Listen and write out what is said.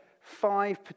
Five